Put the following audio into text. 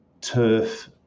turf